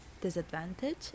disadvantage